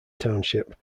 township